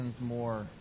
more